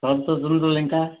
Ashtachandra Lenka